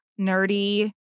nerdy